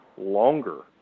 Longer